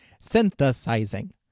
Synthesizing